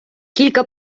кілька